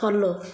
follow